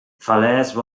falaise